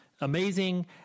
amazing